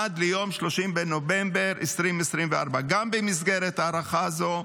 עד ליום 30 בנובמבר 2024. גם במסגרת הארכה זו,